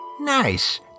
Nice